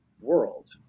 world